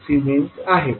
5S आहे